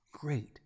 great